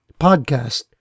podcast